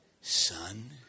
son